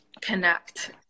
connect